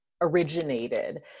originated